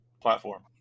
platform